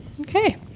Okay